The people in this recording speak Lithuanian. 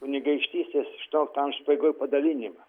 kunigaikštystės aštuoniolikto amžiaus pabaigoj padalinimą